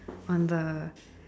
on the